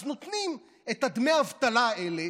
אז נותנים את דמי האבטלה האלה,